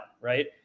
right